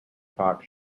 talk